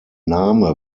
name